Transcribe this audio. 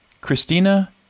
Christina